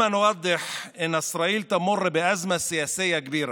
אדוני היושב-ראש, חברי הכנסת הנכבדים,